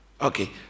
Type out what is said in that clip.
Okay